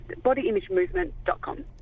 bodyimagemovement.com